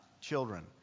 children